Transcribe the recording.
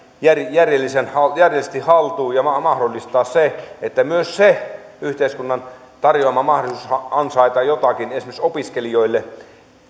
järjellisesti haltuun ja pitää mahdollistaa myös yhteiskunnan tarjoama mahdollisuus ansaita jotakin esimerkiksi opiskelijoille